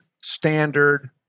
standard